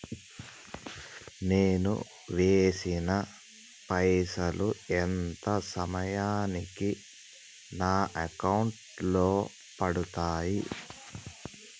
నేను వేసిన పైసలు ఎంత సమయానికి నా అకౌంట్ లో పడతాయి?